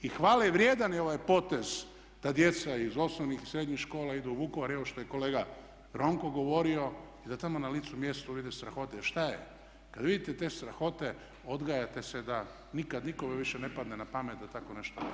I hvalevrijedan je ovaj potez da djeca iz osnovnih i srednjih škola idu u Vukovar i evo što je kolega Ronko govorio i da tamo na licu mjesta uvide strahote, jer šta je kad vidite te strahote odgajate se da nikad nikome više ne padne na pamet da tako nešto napravi.